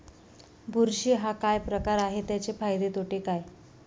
बुरशी हा काय प्रकार आहे, त्याचे फायदे तोटे काय?